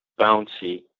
bouncy